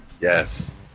yes